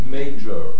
major